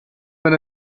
been